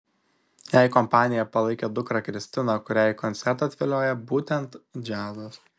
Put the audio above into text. jai kompaniją palaikė dukra kristina kurią į koncertą atviliojo būtent džiazas